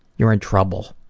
you're in trouble.